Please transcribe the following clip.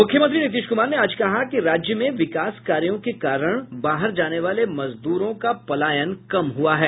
मुख्यमंत्री नीतीश कुमार ने आज कहा कि राज्य में विकास कार्यों के कारण बाहर जाने वाले मजदूरों का पलायन कम हुआ है